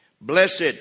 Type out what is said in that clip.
Blessed